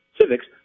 civics